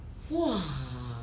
!wah!